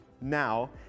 Now